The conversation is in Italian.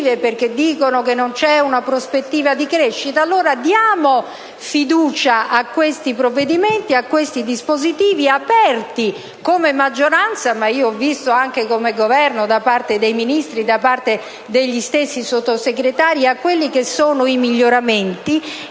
perché dicono che non c'è una prospettiva di crescita. Allora, diamo fiducia a questi provvedimenti, aperti come maggioranza - ma ho visto anche come Governo, da parte dei Ministri e degli stessi Sottosegretari - a ulteriori miglioramenti.